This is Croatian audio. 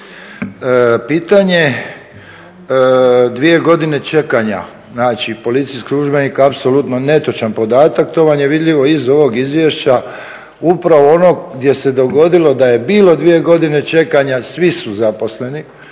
Pitanje dvije godine čekanja, znači policijski službenik apsolutno netočan podatak, to vam je vidljivo iz ovog izvješća upravo onog gdje se dogodilo da je bilo dvije godine čekanja svi su zaposleni,